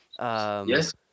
Yes